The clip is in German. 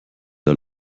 der